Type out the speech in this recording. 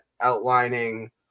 outlining